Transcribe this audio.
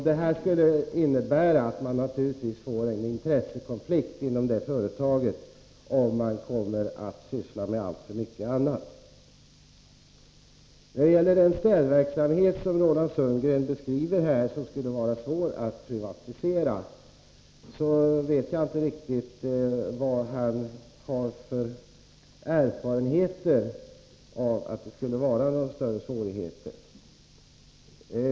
Det skulle naturligtvis uppstå en intressekonflikt inom företaget, om det fick till uppgift att syssla med en mängd andra saker. Den städverksamhet som Roland Sundgren beskriver anser han skulle vara svår att privatisera. Jag vet inte vilka erfarenheter han har av att det skulle vara några större svårigheter.